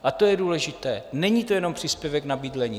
A to je důležité, není to jenom příspěvek na bydlení.